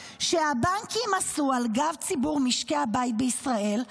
שהבנקים עשו על גב ציבור משקי הבית בישראל,